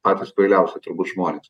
patys kvailiausi žmonės